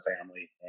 family